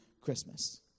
Christmas